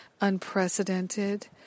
unprecedented